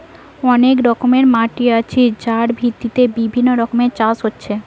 অনেক রকমের মাটি আছে যার ভিত্তিতে বিভিন্ন রকমের চাষ হচ্ছে